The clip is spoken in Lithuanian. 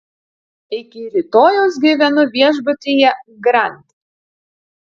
iki rytojaus gyvenu viešbutyje grand